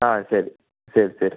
ആ ശരി ശരി ശരി